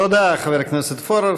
תודה, חבר הכנסת פורר.